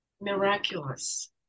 miraculous